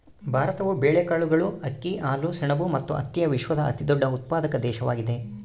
ಭಾರತವು ಬೇಳೆಕಾಳುಗಳು, ಅಕ್ಕಿ, ಹಾಲು, ಸೆಣಬು ಮತ್ತು ಹತ್ತಿಯ ವಿಶ್ವದ ಅತಿದೊಡ್ಡ ಉತ್ಪಾದಕ ದೇಶವಾಗಿದೆ